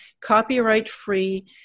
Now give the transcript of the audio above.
copyright-free